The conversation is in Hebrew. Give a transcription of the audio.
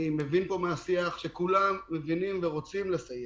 מבין מהשיח שכולם מבינים ורוצים לסייע,